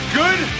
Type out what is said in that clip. good